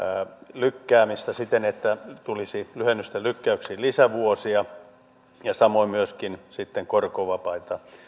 lykkäämistä siten että tulisi lyhennysten lykkäyksiin lisävuosia ja samoin myöskin sitten korkovapaita